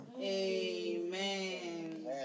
Amen